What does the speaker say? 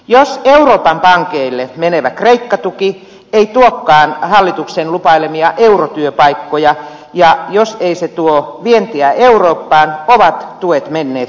jos euroopan pankeille menevä kreikka tuki ei tuokaan hallituksen lupailemia eurotyöpaikkoja ja jos ei se tuo vientiä eurooppaan ovat tuet menneet hukkaan